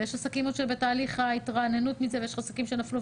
ויש עסקים שעוד בתהליך ההתרעננות מזה ויש עסקים שנפלו.